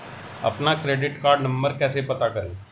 अपना credit card number कैसे पता करें?